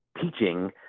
teaching